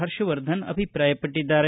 ಹರ್ಷವರ್ಧನ ಅಭಿಪ್ರಾಯಪಟ್ಟದ್ದಾರೆ